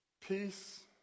Peace